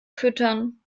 füttern